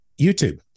YouTube